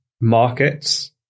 markets